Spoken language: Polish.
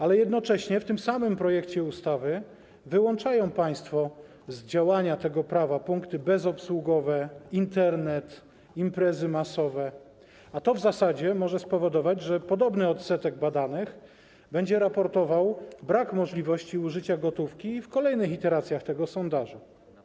Ale jednocześnie w tym samym projekcie ustawy wyłączają państwo z działania tego prawa punkty bezobsługowe, Internet, imprezy masowe, a to w zasadzie może spowodować, że podobny odsetek badanych będzie raportował brak możliwości użycia gotówki w kolejnych iteracjach tego sondażu.